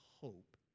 hope